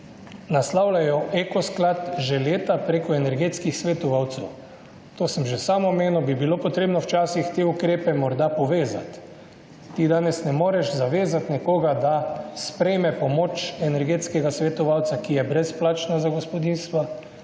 Naslavljajo jo Eko sklad že leta preko energetskih svetovalcev. To sem že sam omenil, bi bilo potrebno včasih te ukrepe morda povezati. Ti danes ne moreš zavezati nekoga, da sprejme pomoč energetskega svetovalca, ki je brezplačna za gospodinjstva